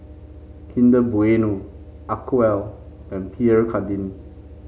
Kinder Bueno Acwell and Pierre Cardin